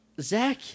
Zach